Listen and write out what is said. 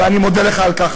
ואני מודה לך על כך,